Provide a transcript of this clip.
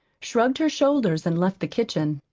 shrugged her shoulders and left the kitchen.